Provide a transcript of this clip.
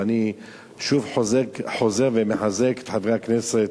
ואני שוב חוזר ומחזק את חברי הכנסת,